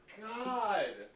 God